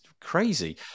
crazy